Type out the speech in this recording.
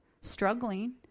struggling